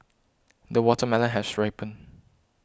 the watermelon has ripened